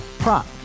Prop